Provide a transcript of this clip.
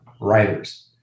writers